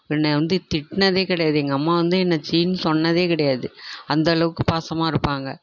என்னை வந்து திட்டினதே கிடையாது எங்கள் அம்மா வந்து என்னை சீன்னு சொன்னதே கிடையாது அந்தளவுக்கு பாசமாக இருப்பாங்க